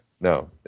No